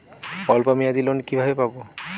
অল্প মেয়াদি লোন কিভাবে পাব?